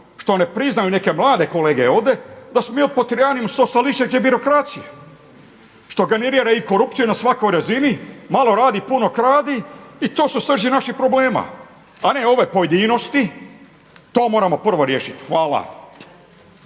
što ne priznaj neke mlade kolege ovdje, sa smo još pod tiranijom socijalističke birokracije što generira i korupciju na svakoj razini, malo radi, puno kradi i to su srži naših problema, a ne ove pojedinosti, to moramo prvo riješiti. Hvala.